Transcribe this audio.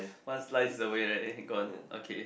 one slice away eh gone okay